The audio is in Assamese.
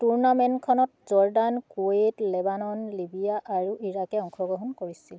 টুৰ্নামেণ্টখনত জৰ্ডান কুৱেইট লেবানন লিবিয়া আৰু ইৰাকে অংশগ্ৰহণ কৰিছিল